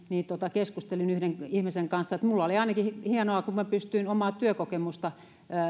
keskustelin yhden ihmisen kanssa siitä että minulla oli ainakin hienoa kun minä pystyin omaa työkokemustani